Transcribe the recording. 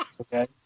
Okay